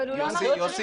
אבל הוא לא אמר --- שניה,